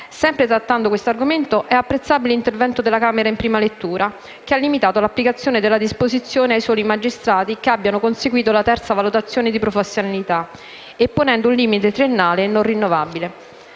Sempre trattando questo argomento, è apprezzabile l'intervento della Camera in prima lettura, che ha limitato l'applicazione della disposizione ai soli magistrati che abbiano conseguito la terza valutazione di professionalità e ponendo un limite triennale non rinnovabile.